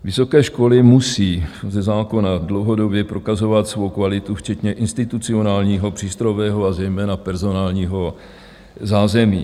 Vysoké školy musí ze zákona dlouhodobě prokazovat svou kvalitu, včetně institucionálního, přístrojového a zejména personálního zázemí.